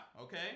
okay